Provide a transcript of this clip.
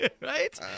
right